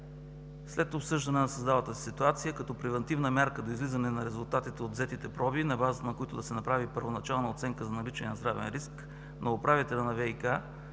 След обсъждане на създалата се ситуация като превантивна мярка до излизане на резултатите от взетите проби, на базата на които да се направи първоначална оценка за наличие на здравен риск на управителя на ВИК